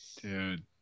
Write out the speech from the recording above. Dude